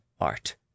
art